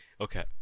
okay